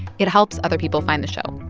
it helps other people find the show.